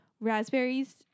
raspberries